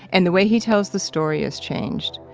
and the way he tells the story has changed.